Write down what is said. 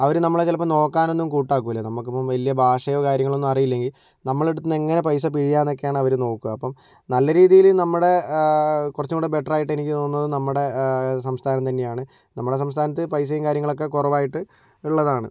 അവർ നമ്മളെ ചിലപ്പോൾ നോക്കുവാനൊന്നും കൂട്ടാക്കില്ല നമ്മൾക്കിപ്പോൾ വലിയ ഭാഷയോ കാര്യങ്ങളൊന്നും അറിയില്ലെങ്കിൽ നമ്മളുടെ അടുത്തുനിന്ന് എങ്ങനെ പൈസ പിഴിയാമെന്നൊക്കെയാണ് അവർ നോക്കുക നല്ല രീതിയിൽ നമ്മുടെ കുറച്ചും കൂടി ബെറ്ററായിട്ട് എനിക്ക് തോന്നുന്നത് നമ്മുടെ സംസ്ഥാനം തന്നെയാണ് നമ്മുടെ സംസ്ഥാനത്ത് പൈസയും കാര്യങ്ങളുമൊക്കെ കുറവായിട്ട് ഉള്ളതാണ്